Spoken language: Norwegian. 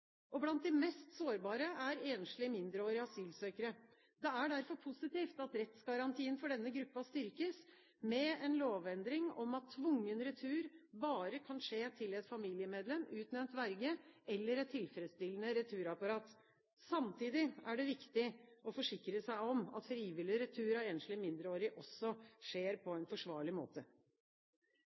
vondt. Blant de mest sårbare er enslige mindreårige asylsøkere. Det er derfor positivt at rettsgarantien for denne gruppen styrkes med en lovendring om at tvungen retur bare kan skje til et familiemedlem, en utnevnt verge eller et tilfredsstillende returapparat. Samtidig er det viktig å forsikre seg om at frivillig retur av enslige mindreårige også skjer på en forsvarlig måte.